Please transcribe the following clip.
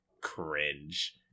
cringe